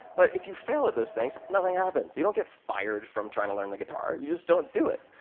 but if you fail at those things, nothing happens. you don't get fired from trying to learn the guitar. you just don't do it.